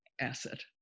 asset